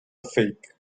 fake